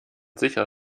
sicher